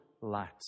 light